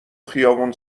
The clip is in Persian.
خیابون